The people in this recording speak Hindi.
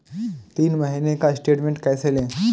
तीन महीने का स्टेटमेंट कैसे लें?